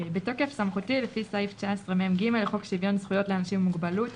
"בתוקף סמכותי לפי סעיף 19מ(ג) לחוק שוויון זכויות לאנשים עם מוגבלות,